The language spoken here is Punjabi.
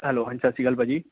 ਹੈਲੋ ਹਾਂਜੀ ਸਤਿ ਸ਼੍ਰੀ ਅਕਾਲ ਭਾਅ ਜੀ